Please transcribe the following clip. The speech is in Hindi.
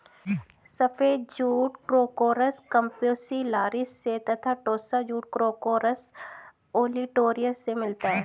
सफ़ेद जूट कोर्कोरस कप्स्युलारिस से तथा टोस्सा जूट कोर्कोरस ओलिटोरियस से मिलता है